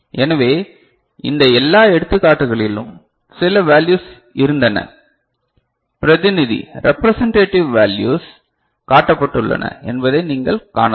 எனவே இந்த எல்லா எடுத்துக்காட்டுகளிலும் சில வேல்யுஸ் இருந்தன பிரதிநிதி ரெப்றேசெண்டேடிவ் வேல்யுஸ் காட்டப்பட்டுள்ளன என்பதை நீங்கள் காணலாம்